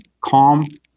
calm